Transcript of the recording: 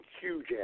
huge